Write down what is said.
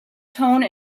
tone